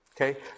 Okay